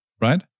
right